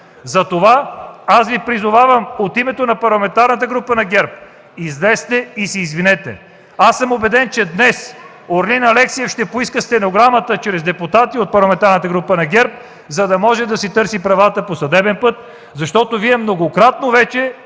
Затова Ви призовавам от името на Парламентарната група на ГЕРБ: излезте и се извинете! Аз съм убеден, че днес Орлин Алексиев ще поиска стенограмата чрез депутати от Парламентарната група на ГЕРБ, за да може да си търси правата по съдебен път, защото Вие многократно вече